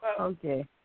okay